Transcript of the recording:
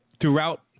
throughout